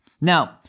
Now